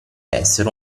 essere